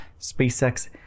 spacex